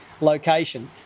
location